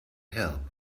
help